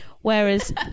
whereas